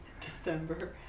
December